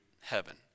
heaven